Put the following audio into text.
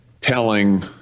telling